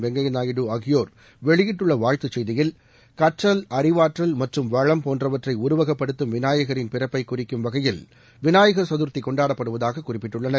வெங்கைய நாயுடு ஆகியோர் வெளியிட்டுள்ள வாழ்த்துச் செய்தியில் கற்றல் அறிவாற்றல் மற்றும் வளம் போன்றவற்றை உருவகப்படுத்தும் விநாயகரின் பிறப்பை குறிக்கும் வகையில் விநாயகர் சதுர்த்தி கொண்டாடப்படுவதாக குறிப்பிட்டுள்ளனர்